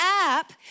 app